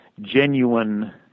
genuine